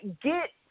get